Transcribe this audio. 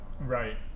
right